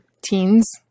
teens